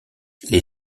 les